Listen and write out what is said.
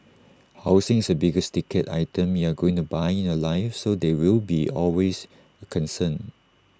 housing is the biggest ticket item you're going to buy in your life so there will always be A concern